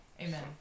Amen